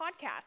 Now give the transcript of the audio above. podcast